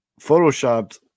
photoshopped